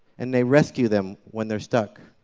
and they rescue them when they're stuck.